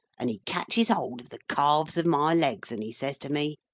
and he catches hold of the calves of my legs and he says to me,